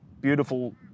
beautiful